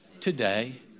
today